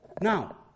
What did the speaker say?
Now